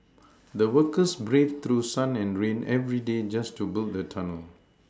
the workers braved through sun and rain every day just to build the tunnel